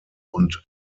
und